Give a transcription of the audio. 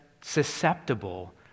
susceptible